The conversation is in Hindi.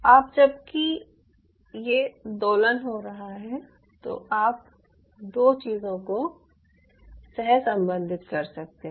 अब जबकि यह दोलन हो रहा है तो आप 2 चीजों को सहसंबंधित कर सकते हैं